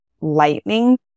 lightning